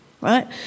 right